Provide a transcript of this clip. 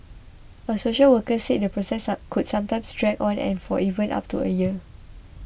a social worker said the process could sometimes drag on for even up to a year